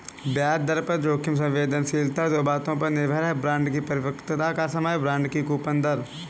ब्याज दर जोखिम संवेदनशीलता दो बातों पर निर्भर है, बांड की परिपक्वता का समय, बांड की कूपन दर